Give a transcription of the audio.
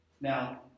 Now